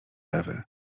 ewy